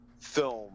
film